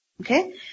Okay